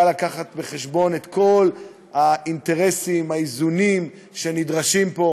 להביא בחשבון את כל האינטרסים והאיזונים שנדרשים פה,